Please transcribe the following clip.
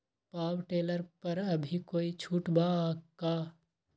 Power tiller पर अभी कोई छुट बा का?